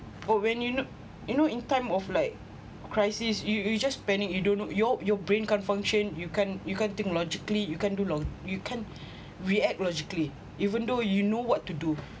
oh when you know you know in time of like crisis you you just panic you don't know your your brain can't function you can't you can't think logically you can't do lo~ you can react logically even though you know what to do